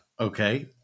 Okay